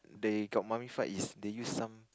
they got mummified is they use some